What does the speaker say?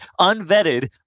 unvetted